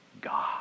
God